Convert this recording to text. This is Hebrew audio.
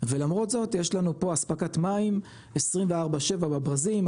ולמרות זאת יש לנו פה אספקת מים 24/7 בברזים,